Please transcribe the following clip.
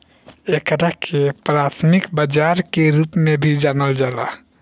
एकरा के प्राथमिक बाजार के रूप में भी जानल जाला